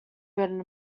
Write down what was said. written